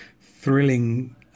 thrilling